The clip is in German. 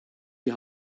die